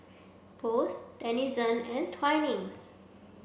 Post Denizen and Twinings